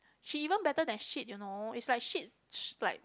she even better than shit you know is like shit like